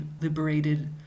liberated